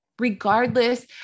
Regardless